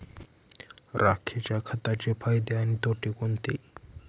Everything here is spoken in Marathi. राखेच्या खताचे फायदे आणि तोटे कोणते?